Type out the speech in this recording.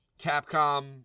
Capcom